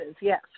yes